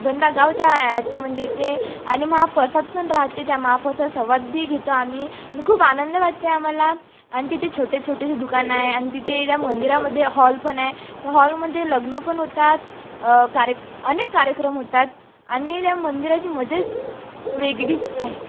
बंदागाव त्या यात्रेमध्ये येते आणि महाप्रसाद पण राहते त्या महाप्रसाद सवाद बी घेतो आम्ही आणि खूप आनंद वाटते आम्हाला आणि तिथे छोटे छोटेशे दुकानं आहेत आणि तिथे त्या मंदिरामध्ये हॉल पण आहे त्या हॉलमध्ये लग्न पण होतात कार्य अनेक कार्यक्रम होतात आणि त्या मंदिराची मजाच वेगळीच आहे